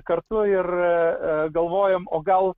kartu ir galvojom o gal